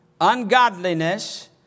ungodliness